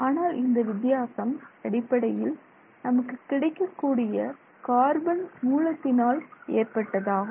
ஆனால் இந்த வித்தியாசம் அடிப்படையில் நமக்கு கிடைக்கக்கூடிய கார்பன் மூலத்தினால் ஏற்பட்டதாகும்